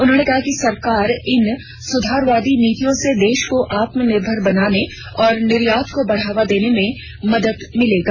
उन्होंने कहा कि सरकार की इन सुधारवादी नीतियों से देश को आत्मनिर्भर बनाने और निर्यात को बढ़ावा देने में मदद मिलेगी